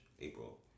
April